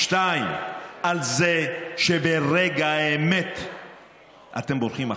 2. על זה שברגע האמת אתם בורחים החוצה.